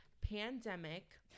pandemic